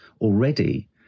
already